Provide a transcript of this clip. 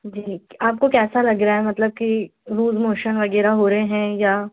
जी आपको कैसा लग रहा है मतलब कि लूज मोशन वगेरह हो रहे हैं या